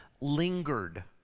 lingered